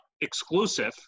exclusive